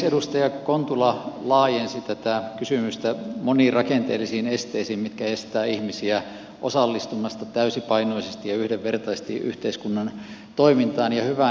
edustaja kontula laajensi tätä kysymystä monirakenteellisiin esteisiin mitkä estävät ihmisiä osallistumasta täysipainoisesti ja yhdenvertaisesti yhteiskunnan toimintaan ja hyvä niin